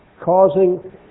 causing